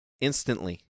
Instantly